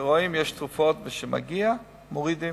שרואים אם יש תרופות, וכשמגיע, מורידים.